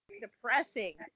depressing